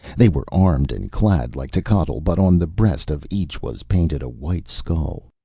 they were armed and clad like techotl, but on the breast of each was painted a white skull.